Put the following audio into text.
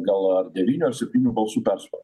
gal ar devynių ar septynių balsų persvara